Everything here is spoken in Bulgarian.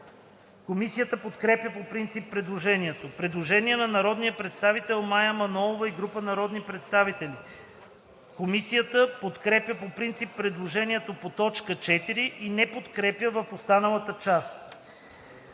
Комисията подкрепя по принцип предложението. Предложение на народния представител Мая Манолова и група народни представители. Комисията подкрепя по принцип предложението по т. 4 и не подкрепя в останалата част.